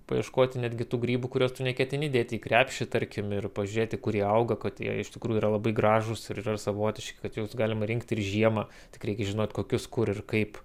paieškoti netgi tų grybų kuriuos tu neketini dėti į krepšį tarkim ir pažiūrėti kur jie auga kad jie iš tikrųjų yra labai gražūs ir yra savotiški kad juos galima rinkti ir žiemą tik reikia žinot kokius kur ir kaip